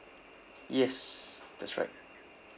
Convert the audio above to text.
yes that's right